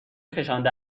کشانده